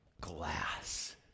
glass